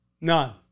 None